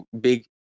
big